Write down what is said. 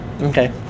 Okay